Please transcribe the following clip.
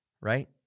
right